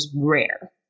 rare